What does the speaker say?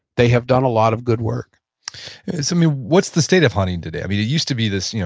they have done a lot of good work i mean, what's the state of hunting today? i mean it used to be this, you know